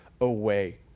away